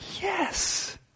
yes